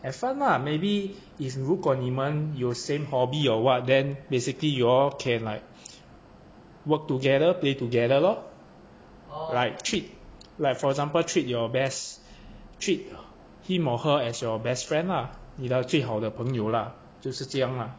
have fun lah maybe if 如果你们有 same hobby or [what] then basically you all can like work together play together lor like treat like for example treat your best treat him or her as your best friend lah 你的最好的朋友啦就是这样啦